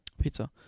Pizza